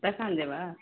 पैसा लेबऽ